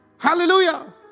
Hallelujah